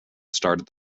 started